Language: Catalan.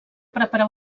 preparar